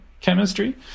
chemistry